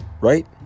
right